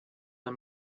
der